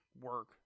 work